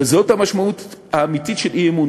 וזאת המשמעות האמיתית של אי-אמון,